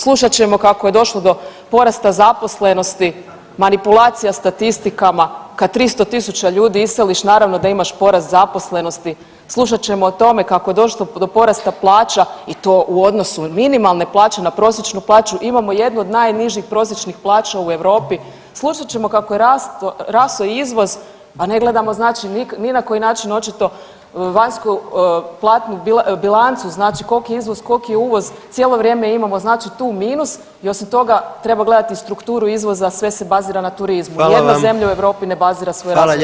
Slušat ćemo kako je došlo do porasta zaposlenosti, manipulacija statistikama kad 300.000 ljudi iseliš naravno da imaš porast zaposlenosti, slušat ćemo o tome kako je došlo do porasta plaća i to u odnosu minimalne plaće na prosječnu plaću, imamo jednu od najnižih prosječnih plaća u Europi, slušat ćemo kako je rastao izvoz, a ne gledamo ni na koji način očito vanjsku platnu bilancu koliki je izvoz koliki je uvoz, cijelo vrijeme imamo tu minus i osim toga treba gledati strukturu izvoza, a sve se bazira na turizmu [[Upadica predsjednik: Hvala vam.]] Nijedna u Europi ne bazira svoj rast na turizmu.